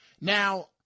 Now